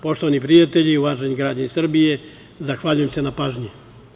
Poštovani prijatelji i uvaženi građani Srbije, zahvaljujem se na pažnji.